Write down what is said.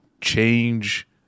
change